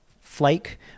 flake